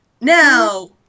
now